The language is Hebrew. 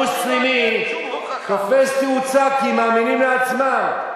השקר המוסלמי תופס תאוצה, כי הם מאמינים לעצמם.